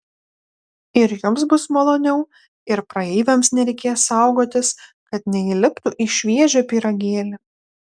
ir jums bus maloniau ir praeiviams nereikės saugotis kad neįliptų į šviežią pyragėlį